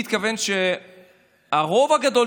תודה רבה.